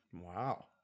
Wow